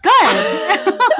good